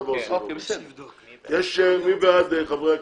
חברי הכנסת,